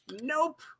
Nope